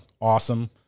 awesome